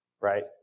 right